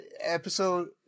episode